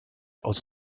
aus